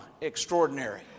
extraordinary